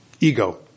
ego